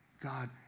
God